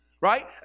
right